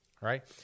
right